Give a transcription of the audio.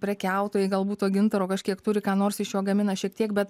prekiautojai galbūt to gintaro kažkiek turi ką nors iš jo gamina šiek tiek bet